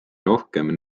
rohkem